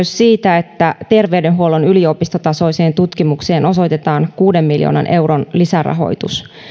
siitä että terveydenhuollon yliopistotasoiseen tutkimukseen osoitetaan kuuden miljoonan euron lisärahoitus